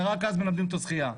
ורק אז מלמדים אותו שחייה.